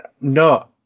No